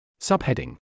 Subheading